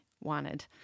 wanted